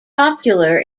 popular